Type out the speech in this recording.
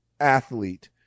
athlete